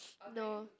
no